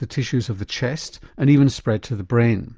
the tissues of the chest and even spread to the brain.